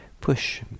push